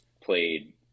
played